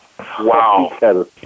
Wow